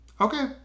Okay